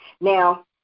Now